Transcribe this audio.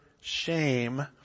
shame